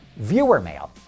viewermail